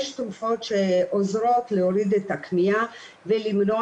יש תרופות שעוזרות להוריד את הכמיהה ולמנוע